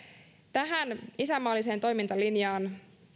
tähän isänmaalliseen toimintalinjaan